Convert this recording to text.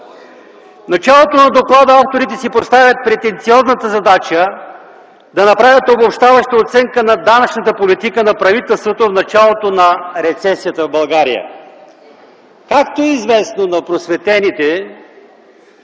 В началото на доклада авторите си поставят претенциозната задача да направят обобщаваща оценка на данъчната политика на правителството в началото на рецесията в България. Както е известно на просветените,